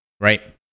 Right